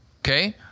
Okay